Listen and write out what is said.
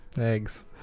eggs